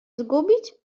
zgubić